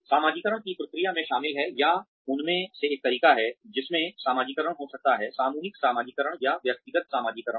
समाजीकरण की प्रक्रिया में शामिल हैं या उनमें से एक तरीका है जिसमें समाजीकरण हो सकता है सामूहिक समाजीकरण या व्यक्तिगत समाजीकरण है